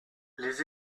les